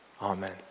Amen